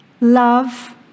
love